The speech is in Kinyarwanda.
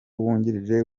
wungirije